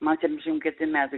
man septyniasdešimt keturi metai